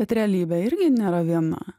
bet realybė irgi nėra viena